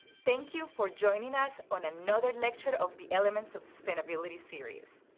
thank you for joining us on another lecture of the elements of sustainability series.